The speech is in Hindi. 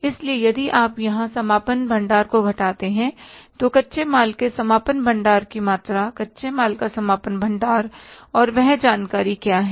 इसलिए यदि आप यहां समापन भंडार को घटाते हैं तो कच्चे माल के समापन भंडार की मात्रा कच्चे माल का समापन भंडार और वह जानकारी क्या है